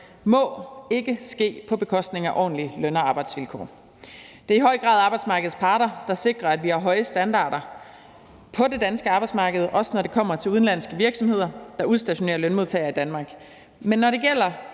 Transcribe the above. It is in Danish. må ikke ske på bekostning af ordentlige løn- og arbejdsvilkår. Det er i høj grad arbejdsmarkedets parter, der sikrer, at vi har høje standarder på det danske arbejdsmarked, også når det kommer til udenlandske virksomheder, der udstationerer lønmodtagere i Danmark. Men når det gælder